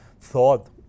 thought